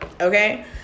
Okay